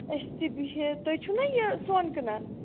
أسۍ چھِ بِہِتھ تُہۍ چھِو نا یہِ سۅن کٕنان